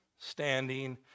standing